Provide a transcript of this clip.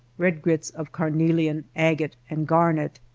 red grits of carnelian, agate and garnet.